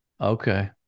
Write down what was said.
Okay